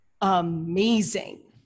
amazing